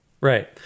Right